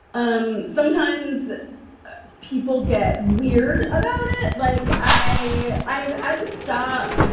um sometimes people get weird about it. like, i i've had to stop,